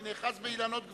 אני נאחז באילנות גבוהים.